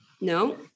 No